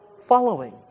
following